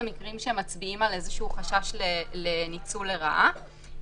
במקרים שמצביעים על איזשהו חשש לניצול לרעה.